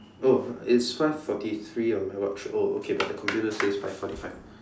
oh it's five forty three on my watch oh okay but the computer says five forty five